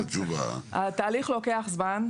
התהליך לוקח זמן.